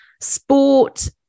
sport